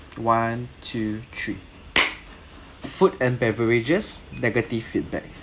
one two three food and beverages negative feedback